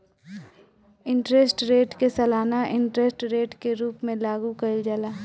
interest rate के सालाना interest rate के रूप में लागू कईल जाला